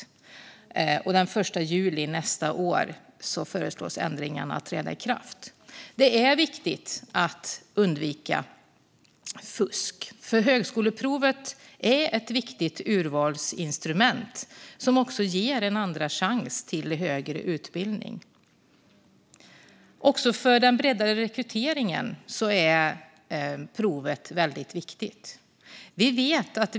Ändringarna föreslås träda i kraft den 1 juli nästa år. Det är viktigt att undvika fusk eftersom högskoleprovet är ett viktigt urvalsinstrument som också ger en andra chans till högre utbildning. Också för att bredda rekryteringen är provet väldigt viktigt.